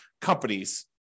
companies